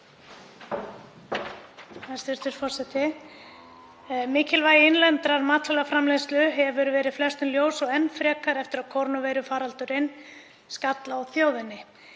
Mikilvægi innlendrar matvælaframleiðslu hefur verið flestum ljóst og enn frekar eftir að kórónuveirufaraldurinn skall á þjóðinni.